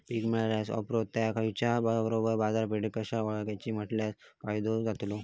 पीक मिळाल्या ऑप्रात ता इकुच्या बरोबर बाजारपेठ कशी ओळखाची म्हटल्या फायदो जातलो?